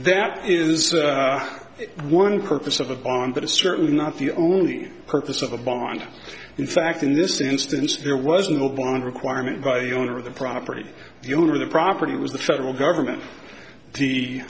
that is one purpose of a on but it's certainly not the only purpose of a bond in fact in this instance there was no bond requirement by the owner of the property the owner of the property was the federal government the